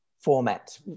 format